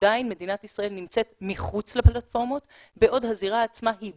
עדיין מדינת ישראל נמצאת מחוץ לפלטפורמות בעוד הזירה עצמה היא